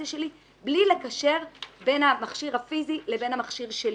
שלי בלי לקשר בין המכשיר הפיזי לבין המכשיר שלי.